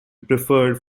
preferred